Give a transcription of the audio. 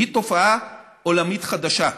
שהיא תופעה עולמית חדשה.